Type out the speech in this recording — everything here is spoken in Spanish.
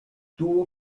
tuvo